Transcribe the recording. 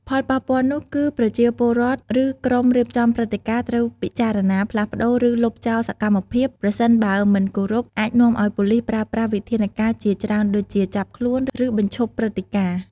ផលប៉ះពាល់នោះគឺ ប្រជាពលរដ្ឋឬក្រុមរៀបចំព្រឹត្តិការណ៍ ត្រូវពិចារណាផ្លាស់ប្តូរឬលុបចោលសកម្មភាព ប្រសិនបើមិនគោរព អាចនាំឱ្យប៉ូលិសប្រើប្រាស់វិធានការជាច្រើនដូចជា ចាប់ខ្លួន ឬបញ្ឈប់ព្រឹត្តិការណ៍។